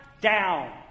down